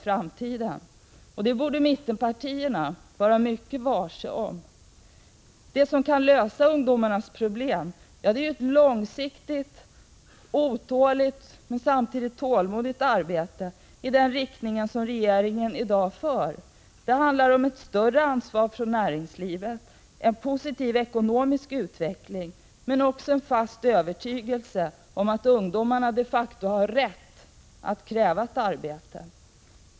1985/86:108 framtiden. Det borde mittenpartierna bli varse. Det som kan lösa ungdomar = 3 april 1986 nas problem är ett långsiktigt, otåligt men samtidigt tålmodigt arbete som det regeringen i dag bedriver. Det handlar om ett större ansvar från näringslivets sida, en positiv ekonomisk utveckling men också en fast övertygelse om att ungdomarna de facto har rätt att kräva ett arbete.